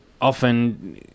often